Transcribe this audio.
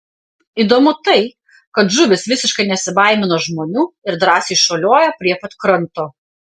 įdomu tai kad žuvys visiškai nesibaimina žmonių ir drąsiai šuoliuoja prie pat kranto